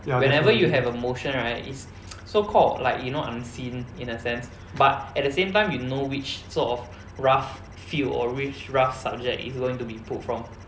whenever you have a motion right is so called like you know unseen in a sense but at the same time you know which sort of rough few or which rough subject is going to be pulled from